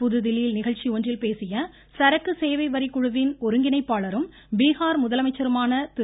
புதுதில்லியில் நிகழ்ச்சி ஒன்றில் பேசிய சரக்கு சேவை வரிக்குழுவின் ஒருங்கிணைப்பாளரும் பீகார் முதலமைச்சருமான திரு